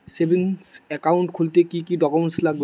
Savings account খুলতে কি কি ডকুমেন্টস লাগবে?